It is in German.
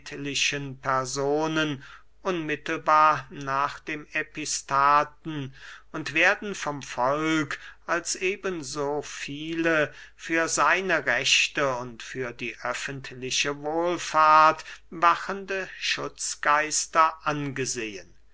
personen unmittelbar nach dem epistaten und werden vom volk als eben so viele für seine rechte und für die öffentliche wohlfahrt wachende schutzgeister angesehen